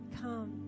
come